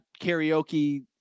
karaoke